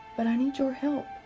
but i need your help.